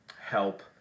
help